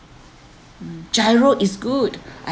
mm GIRO is good I